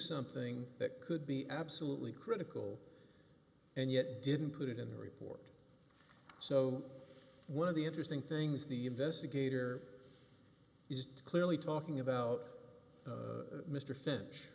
something that could be absolutely critical and yet didn't put it in the report so one of the interesting things the investigator is clearly talking about mr finch